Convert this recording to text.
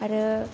आरो